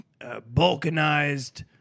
balkanized